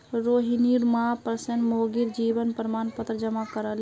रोहिणीर मां पेंशनभोगीर जीवन प्रमाण पत्र जमा करले